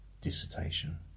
dissertation